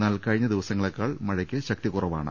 എന്നാൽ കഴിഞ്ഞ ദിവസങ്ങളേക്കാൾ മഴയ്ക്ക് ശക്തി കുറവാണ്